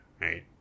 Right